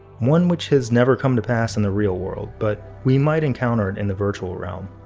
one which has never come to pass in the real world. but we might encounter it in the virtual relm,